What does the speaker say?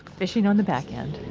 fishing on the backend